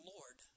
Lord